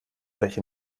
welche